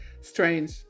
strange